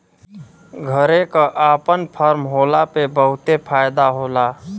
घरे क आपन फर्म होला पे बहुते फायदा होला